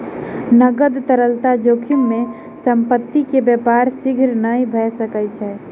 नकद तरलता जोखिम में संपत्ति के व्यापार शीघ्र नै भ सकै छै